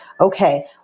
okay